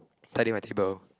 tidying my table